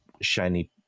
shiny